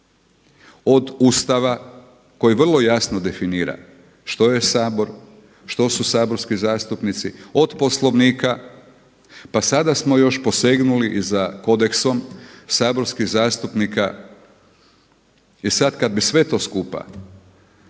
od Ustava koji vrlo jasno definira što je Sabor, što su saborski zastupnici, od Poslovnika. Pa sada smo još posegnuli i za kodeksom saborskih zastupnika. I sada kada bi sve to skupa